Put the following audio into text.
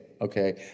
Okay